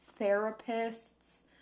therapists